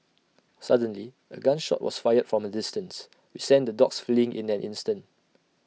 suddenly A gun shot was fired from A distance which sent the dogs fleeing in an instant